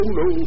no